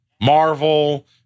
Marvel